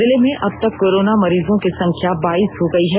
जिले में अब तक कोरोना मरीजों की संख्या बाईस हो गयी है